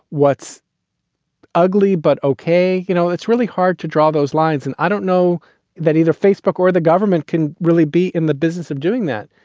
what's ugly, but ok. you know, it's really hard to draw those lines. and i don't know that either facebook or the government can really be in the business of doing that.